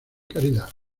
caridad